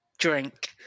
Drink